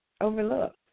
overlooked